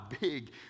big